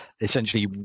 essentially